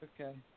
Okay